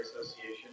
association